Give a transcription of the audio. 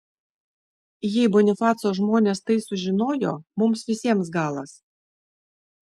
jei bonifaco žmonės tai sužinojo mums visiems galas